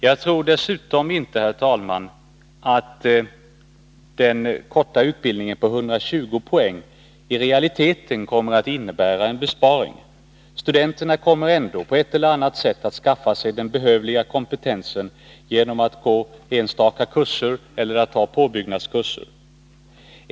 Jag tror dessutom inte att den korta utbildningen på 120 poäng i realiteten kommer att innebära en besparing. Studenterna kommer ändå, på ett eller annat sätt, att skaffa sig den behövliga kompetensen — genom att gå enstaka kurser eller att ta påbyggnadskurser.